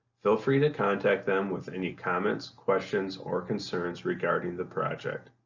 feel free to contact them with any comments, questions or concerns regarding the project.